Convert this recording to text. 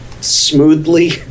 smoothly